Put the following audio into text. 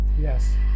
Yes